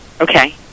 Okay